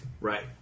Right